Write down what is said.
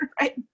right